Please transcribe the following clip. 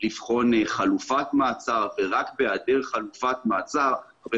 לבחון חלופת מעצר ורק בהיעדר חלופת מעצר הרבה